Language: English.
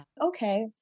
Okay